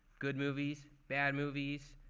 good movies, bad movies,